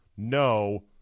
no